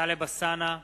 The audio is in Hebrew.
טלב אלסאנע,